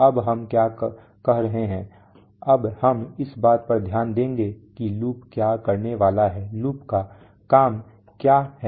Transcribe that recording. अब हम क्या कह रहे हैं अब हम इस बात पर ध्यान देंगे कि लूप क्या करने वाला है लूप का काम क्या है